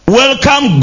welcome